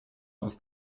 aus